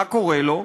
מה קורה לו?